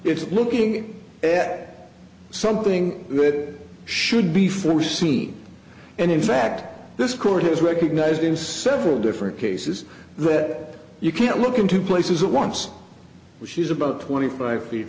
it's looking at something that should be foreseen and in fact this court has recognized in several different cases that you can't look in two places at once which is about twenty five feet